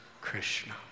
Krishna